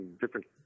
different